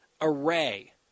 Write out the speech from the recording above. array